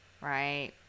Right